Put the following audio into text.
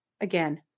again